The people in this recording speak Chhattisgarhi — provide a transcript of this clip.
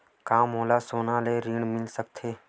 का मोला सोना ले ऋण मिल सकथे?